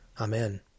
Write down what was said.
Amen